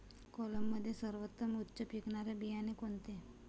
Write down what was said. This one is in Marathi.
कोलममध्ये सर्वोत्तम उच्च पिकणारे बियाणे कोणते?